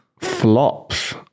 Flops